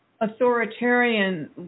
authoritarian